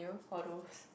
or those